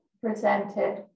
presented